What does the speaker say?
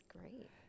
great